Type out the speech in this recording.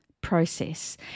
process